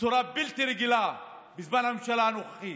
בצורה בלתי רגילה בזמן הממשלה הנוכחית.